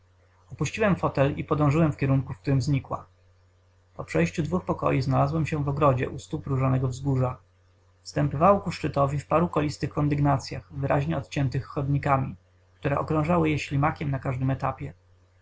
opuściłem fotel i podążyłem w kierunku w którym znikła po przejściu dwóch pokoi znalazłem się w ogrodzie u stóp różanego wzgórza wstępywało ku szczytowi w paru kolistych kondygnacyach wyraźnie odciętych chodnikami które okrążały je ślimakiem na każdym etapie